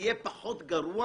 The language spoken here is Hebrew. יהיה פחות גרוע